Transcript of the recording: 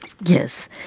Yes